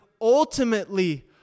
ultimately